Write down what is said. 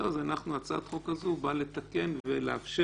אז זהו, הצעת החוק הזו באה לתקן ולאפשר